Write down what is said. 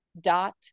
dot